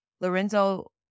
Lorenzo